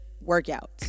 workout